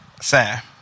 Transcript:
Sam